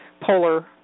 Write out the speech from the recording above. polar